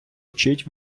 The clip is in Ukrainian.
вчить